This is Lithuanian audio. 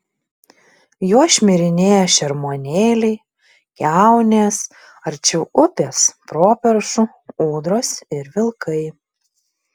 juo šmirinėja šermuonėliai kiaunės arčiau upės properšų ūdros ir vilkai